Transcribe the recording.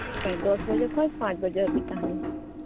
ᱫᱚᱥ ᱵᱟᱡᱮ ᱠᱷᱚᱡ ᱯᱟᱸᱪ ᱵᱟᱡᱮ ᱦᱟᱹᱵᱤᱡ ᱛᱟᱸᱦᱮᱱᱟ